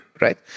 right